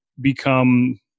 become